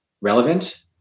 relevant